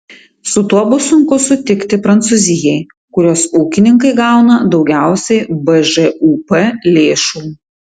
su tuo bus sunku sutikti prancūzijai kurios ūkininkai gauna daugiausiai bžūp lėšų